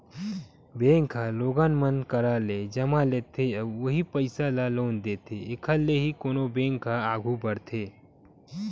bank ह लोगन मन करा ले जमा लेथे अउ उहीं पइसा ल लोन देथे एखर ले ही कोनो बेंक ह आघू बड़थे